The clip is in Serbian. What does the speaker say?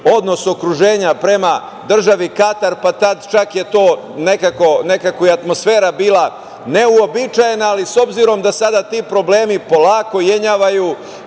odnos okruženja prema Državi Katar, pa tad čak je nekako i atmosfera neuobičajena, ali s obzirom da sada ti problemi polako jenjavaju